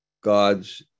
God's